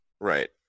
Right